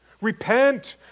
repent